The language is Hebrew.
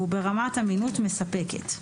והוא ברמת אמינות מספקת.